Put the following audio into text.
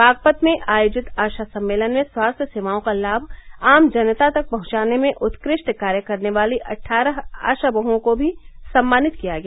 बागपत में आयोजित आशा सम्मेलन में स्वास्थ्य सेवाओं का लाभ आम जनता तक पहुंचाने में उत्कृष्ट कार्य करने वाली अट्ठारह आशा बहुओं को भी सम्मानित किया गया